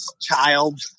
child